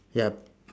yup